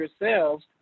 yourselves